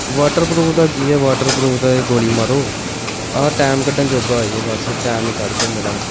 water proof ਦਾ ਕੀ ਹੈ ਵਾਟਰ ਪਰੂਫ ਦਾ ਇਹ ਗੋਲੀ ਮਾਰੋ ਆਹ ਟਾਈਮ ਕੱਢਣ ਜੋਗਾ ਹੋ ਜਾਵੇ ਬਸ ਟਾਈਮ ਕੱਢ ਦੇ ਮੇਰਾ